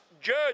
judge